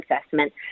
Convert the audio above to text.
assessment